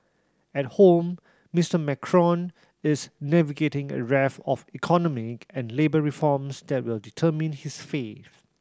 at home Mister Macron is navigating a raft of economic and labour reforms that will determine his fate